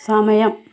സമയം